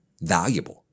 valuable